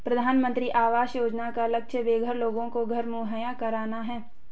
प्रधानमंत्री आवास योजना का लक्ष्य बेघर लोगों को घर मुहैया कराना है